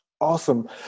Awesome